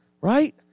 right